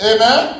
Amen